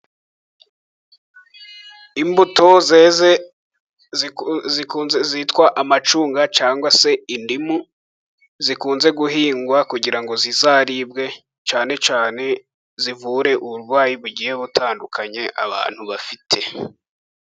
Imbuto zeze zitwa amacunga cyangwa se indimu, zikunze guhingwa kugira ngo zizaribwe, cyane cyane zivure uburwayi bugiye butandukanye abantu bafite.